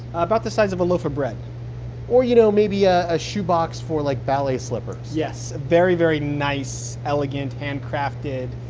about the size of a loaf of bread or, you know, maybe ah a shoe box for, like, ballet slippers yes. very, very nice, elegant, handcrafted,